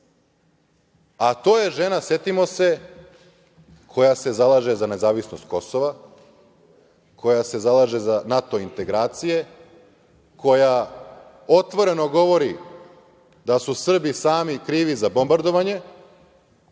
a to je žena, setimo se, koja se zalaže za nezavisnost Kosova, koja se zalaže za NATO integracije, koja otvoreno govori da su Srbi sami krivi za bombardovanje,